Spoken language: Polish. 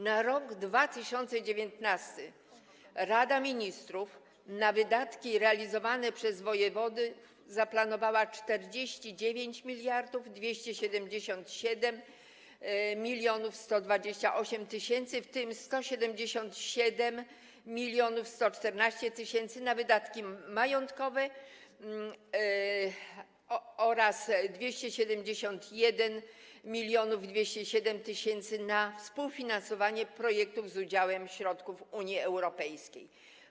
Na rok 2019 Rada Ministrów na wydatki realizowane przez wojewodów zaplanowała 49 277 128 tys. zł, w tym 177 114 tys. zł na wydatki majątkowe oraz 271 207 tys. zł na współfinansowanie projektów z udziałem środków Unii Europejskiej.